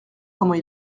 comment